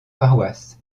paroisses